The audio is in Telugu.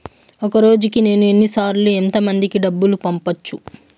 ఒక రోజుకి నేను ఎన్ని సార్లు ఎంత మందికి డబ్బులు పంపొచ్చు?